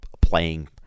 playing